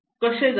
कसे जायचे